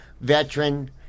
veteran